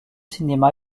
cinémas